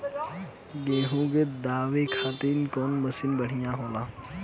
गेहूँ के दवावे खातिर कउन मशीन बढ़िया होला?